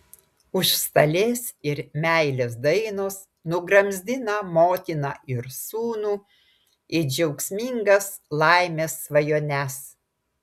užstalės ir meilės dainos nugramzdina motiną ir sūnų į džiaugsmingas laimės svajones